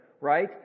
right